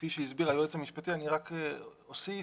כפי שהסביר היועץ המשפטי, רק אוסיף